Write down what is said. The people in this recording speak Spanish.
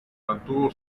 mantuvo